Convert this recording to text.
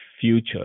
future